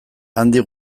handik